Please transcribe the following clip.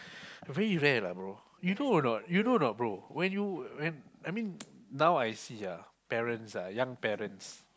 very rare lah bro you know a not you know a not bro when you when I mean now I see ah parents ah young parents